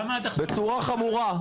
בצורה חמורה.